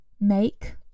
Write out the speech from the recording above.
Make